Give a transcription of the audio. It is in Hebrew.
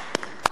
רבותי,